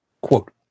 quote